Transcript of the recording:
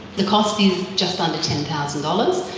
the cost is just under ten thousand dollars,